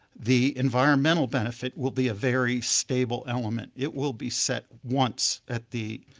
the environmental benefit will be a very stable element. it will be set once at the